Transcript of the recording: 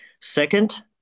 Second